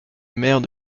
mère